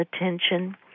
attention